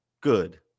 good